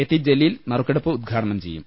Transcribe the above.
T Jaleel നറുക്കെടുപ്പ് ഉദ്ഘാടനം ചെയ്യും